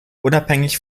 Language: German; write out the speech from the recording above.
unabhängig